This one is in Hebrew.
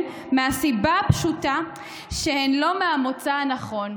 מהסיבה הפשוטה שהם לא מהמוצא הנכון.